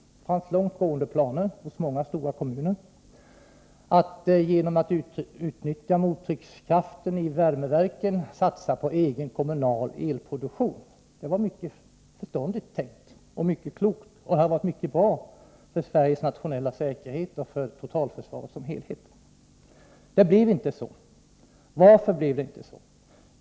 Det fanns i många stora kommuner långtgående planer på att, genom ett utnyttjande av mottryckskraften i värmeverken, satsa på egen kommunal elproduktion. Det var mycket klokt tänkt, och det hade varit mycket bra för Sveriges nationella säkerhet och för totalförsvaret som helhet. Det blev inte så. Varför?